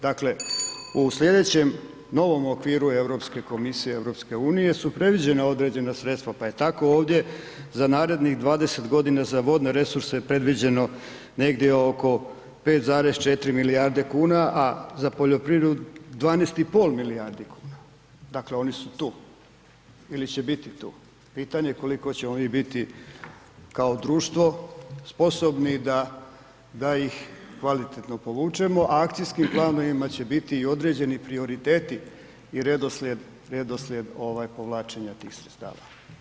Dakle, u slijedećem novom okviru Europske komisije EU su predviđena određena sredstva pa je tako ovdje za narednih 20 godina za vodne resurse predviđeno negdje oko 5,4 milijarde kuna, a za poljoprivredu 12,5 milijardi, dakle oni su tu ili će biti tu, pitanje koliko ćemo mi biti kao društvo sposobni da ih kvalitetno povučemo, a akcijskim planovima će biti i određeni prioriteti i redoslijed, redoslijed ovaj povlačenja tih sredstava.